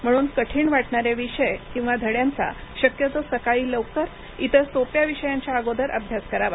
म्हणून कठीण वाटणारे विषय किंवा धड्यांचा शक्यतो सकाळी लवकर इतर सोप्या विषयांच्या अगोदर अभ्यास करावा